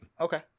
Okay